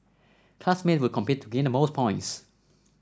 classmates would compete to gain the most points